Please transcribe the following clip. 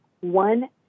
one